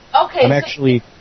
Okay